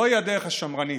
זוהי הדרך השמרנית.